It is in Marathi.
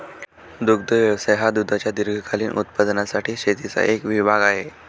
दुग्ध व्यवसाय हा दुधाच्या दीर्घकालीन उत्पादनासाठी शेतीचा एक विभाग आहे